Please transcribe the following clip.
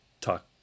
talk